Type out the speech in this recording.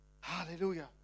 Hallelujah